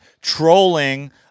trolling